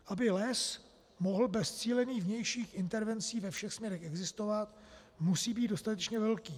Aby les mohl bez cílených vnějších intervencí ve všech směrech existovat, musí být dostatečně velký.